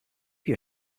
your